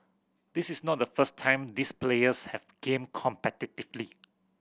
this is not the first time these players have gamed competitively